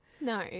No